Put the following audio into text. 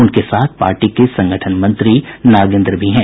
उनके साथ पार्टी के संगठन मंत्री नागेन्द्र भी हैं